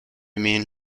mean